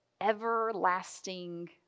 everlasting